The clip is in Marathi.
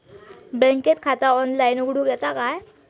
बँकेत खाता ऑनलाइन उघडूक येता काय?